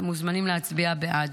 אתם מוזמנים להצביע בעד.